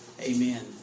Amen